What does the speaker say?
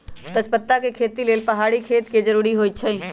तजपत्ता के खेती लेल पहाड़ी खेत के जरूरी होइ छै